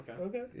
Okay